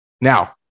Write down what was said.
Now